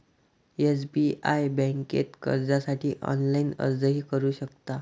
SBI बँकेत कर्जासाठी online अर्जही करू शकता